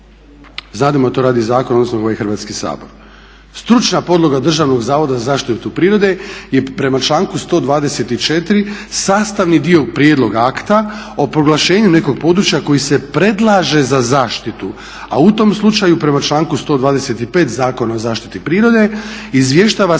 Znademo da to radi zakon, odnosno ovaj Hrvatski sabor.